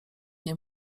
nie